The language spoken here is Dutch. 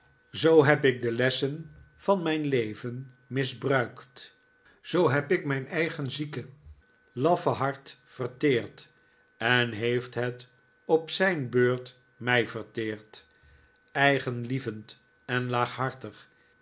zoo heb ik de lessen van mijn leven misbruikt zoo heb ik mijn eigen zieke laffe hart verteerd en heeft het op zijn beurt mij verteerd eigenlievend en laaghartig